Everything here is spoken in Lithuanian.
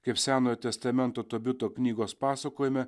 kaip senojo testamento tobito knygos pasakojime